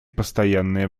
постоянное